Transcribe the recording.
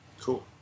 Cool